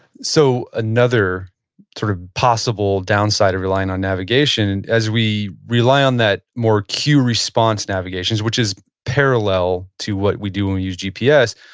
so another sort of possible downside of relying on navigation, as we rely on that more queue response navigation which is parallel to what we do when we use gps,